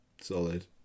Solid